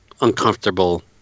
uncomfortable